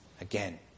again